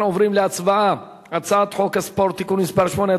אנחנו עוברים להצבעה על הצעת חוק הספורט (תיקון מס' 8),